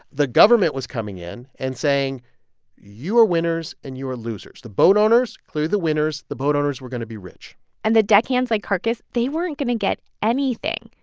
the government was coming in and saying you are winners and you are losers. the boat owners clearly the winners the boat owners were going to be rich and the deckhands like carcass, they weren't going to get anything.